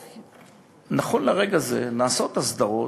נכון לרגע זה נעשות הסדרות,